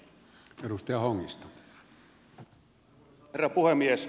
arvoisa herra puhemies